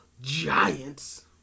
Giants